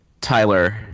Tyler